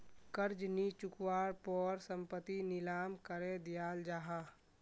कर्ज नि चुक्वार पोर संपत्ति नीलाम करे दियाल जाहा